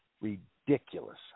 ridiculous